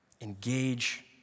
Engage